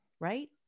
right